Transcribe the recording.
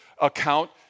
account